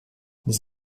les